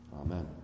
Amen